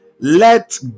let